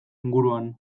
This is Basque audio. inguruan